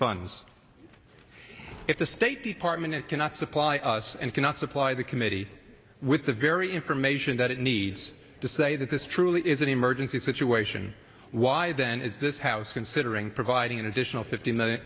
funds if the state department cannot supply us and cannot supply the committee with the very information that it needs to say that this truly is an emergency situation why then is this house considering providing an additional fift